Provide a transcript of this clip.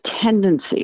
tendency